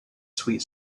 sweet